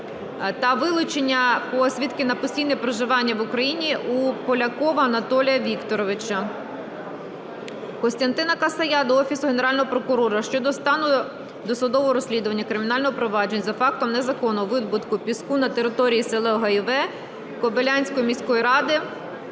та вилучення посвідки на постійне проживання в Україні у Полякова Анатолія Вікторовича. Костянтина Касая до Офісу Генерального прокурора щодо стану досудового розслідування кримінальних проваджень за фактом незаконного видобутку піску на території села Гайове, Кобеляцької міської ради